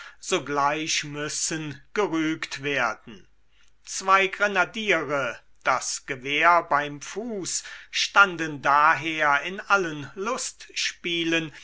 sogleich müssen gerügt werden zwei grenadiere das gewehr beim fuß standen daher in allen